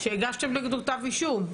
שהגשתם נגדו כתב אישום.